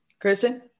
Kristen